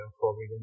forbidden